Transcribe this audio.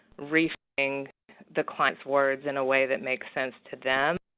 rethinking the clients words in a way that makes sense to them.